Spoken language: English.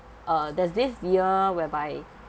uh there's this year whereby